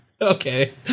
Okay